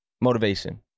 motivation